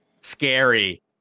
scary